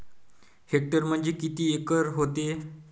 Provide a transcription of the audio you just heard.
Hectare म्हणजे किती acre व्हते?